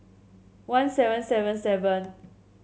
one seven seven seven